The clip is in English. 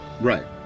Right